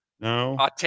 no